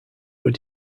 were